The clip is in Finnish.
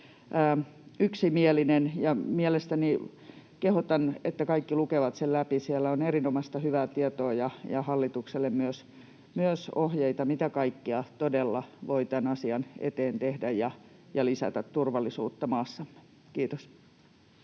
yksimielinen. Kehotan, että kaikki lukevat sen läpi. Siellä on erinomaista, hyvää tietoa ja hallitukselle myös ohjeita, mitä kaikkea todella voi tämän asian eteen tehdä ja miten voi lisätä turvallisuutta maassa. — Kiitos.